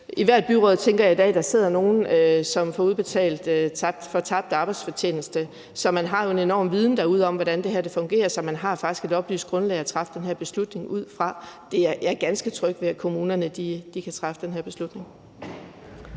ethvert byråd i dag sidder nogen, som får udbetalt godtgørelse for tabt arbejdsfortjeneste, så man har jo en enorm viden derude om, hvordan det her fungerer, og man har faktisk et oplyst grundlag at træffe den her beslutning på. Jeg er ganske tryg ved, at kommunerne kan træffe den her beslutning.